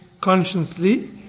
consciously